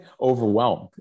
overwhelmed